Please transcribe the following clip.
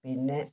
പിന്നെ